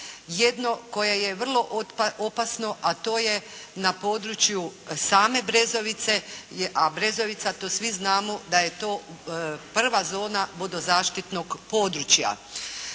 jedno koje je vrlo opasno a to je na području same Brezovice a Brezovica to svi znamo da je to prva zona vodozaštitnog područja.